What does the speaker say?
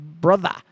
brother